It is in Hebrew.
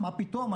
מה פתאום,